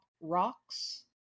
Rocks